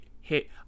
hit